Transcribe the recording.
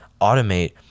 automate